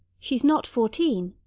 she's not fourteen.